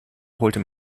holte